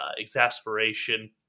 exasperation